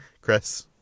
Chris